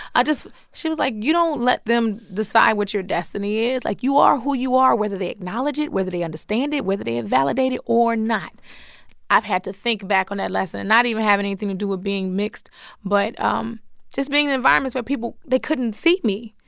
i just she was like, you don't let them decide what your destiny is. like, you are who you are whether they acknowledge it, whether they understand it, whether they and validate it or not i've had to think back on that lesson not even having anything to do with being mixed but um just being in environments where people, they couldn't see me.